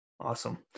Awesome